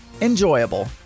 Enjoyable